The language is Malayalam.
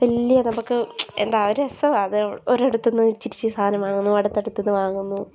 വലിയ നമുക്ക് എന്താ ഒരു രസമാണ് അത് ഒരിടത്ത് നിന്ന് ഇച്ചിരിച്ചിരി സാധനം വാങ്ങുന്നു അടുത്തടുത്തു നിന്നു വാങ്ങുന്നു